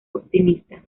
optimista